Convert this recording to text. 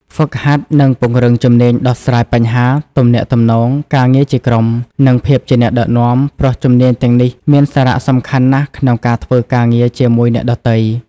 ហ្វឹកហាត់ និងពង្រឹង ជំនាញដោះស្រាយបញ្ហា ទំនាក់ទំនង ការងារជាក្រុម និងភាពជាអ្នកដឹកនាំ ព្រោះជំនាញទាំងនេះមានសារៈសំខាន់ណាស់ក្នុងការធ្វើការងារជាមួយអ្នកដទៃ។